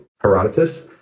Herodotus